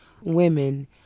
women